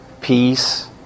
peace